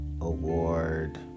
award